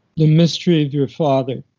the mystery of your father.